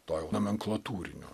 to nomenklatūrinio